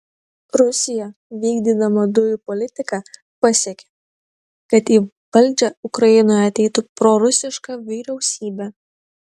rusija vykdydama dujų politiką pasiekė kad į valdžią ukrainoje ateitų prorusiška vyriausybė